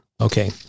Okay